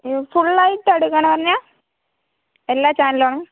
മ് ഫുള്ളായിട്ട് എടുക്കണമെന്നു പറഞ്ഞാൽ എല്ലാ ചാനലും ആണോ